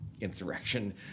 insurrection